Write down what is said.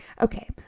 Okay